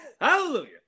hallelujah